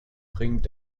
springt